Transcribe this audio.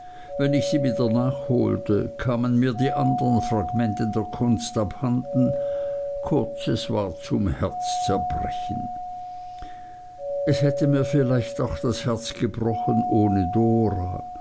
wenn ich sie wieder nachholte kamen mir die andern fragmente der kunst abhanden kurz es war zum herzzerbrechen es hätte mir vielleicht auch das herz gebrochen ohne dora